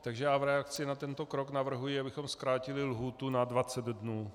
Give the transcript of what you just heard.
Takže já v reakci na tento krok navrhuji, abychom zkrátili lhůtu na dvacet dnů.